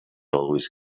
always